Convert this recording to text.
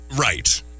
Right